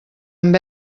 amb